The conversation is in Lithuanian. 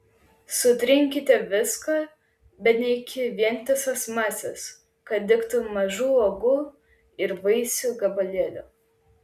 sutrinkite viską bet ne iki vientisos masės kad liktų mažų uogų ir vaisių gabalėlių